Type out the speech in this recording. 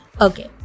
Okay